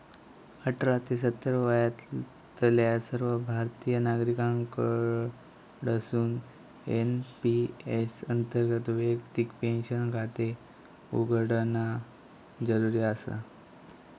अठरा ते सत्तर वयातल्या सर्व भारतीय नागरिकांकडसून एन.पी.एस अंतर्गत वैयक्तिक पेन्शन खाते उघडणा जरुरी आसा